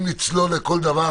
אם נצלול לכל דבר,